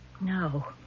No